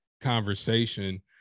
conversation